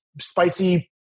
spicy